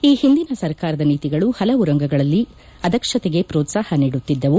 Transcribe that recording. ಈ ಹಿಂದಿನ ಸರ್ಕಾರದ ನೀತಿಗಳು ಹಲವು ರಂಗಗಳಲ್ಲಿ ಅದಕ್ಷತೆಗೆ ಪ್ರೋತ್ಲಾಹ ನೀಡುತ್ತಿದ್ದವು